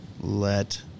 Let